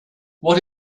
what